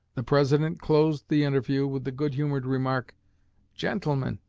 the president closed the interview with the good-humored remark gentlemen,